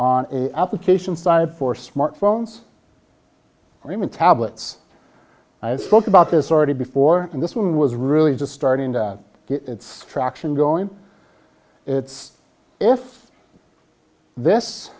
on application side for smartphones or human tablets i spoke about this already before and this one was really just starting that gets traction going it's if this